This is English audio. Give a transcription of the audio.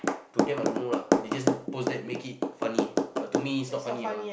to them I don't know lah they just post it make it funny but to me it's not funny at all